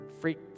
freak